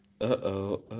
Uh-oh